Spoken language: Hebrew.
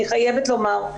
אני חייבת לומר.